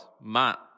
Matt